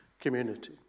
community